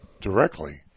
directly